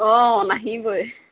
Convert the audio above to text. অঁ নাহিবই